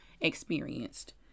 experienced